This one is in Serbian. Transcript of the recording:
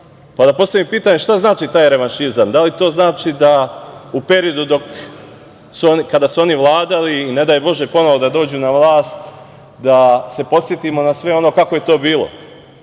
Da postavim pitanje, šta znači taj revanšizam? Da li to znači da u periodu kada su oni vladali i ne daj Bože ponovo da dođu na vlast, da se podsetimo na sve ono kako je to bilo.